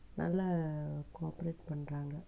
அதெல்லாம் க்வாப்ரேட் பண்றாங்க